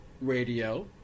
radio